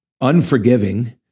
unforgiving